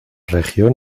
región